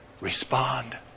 respond